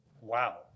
wow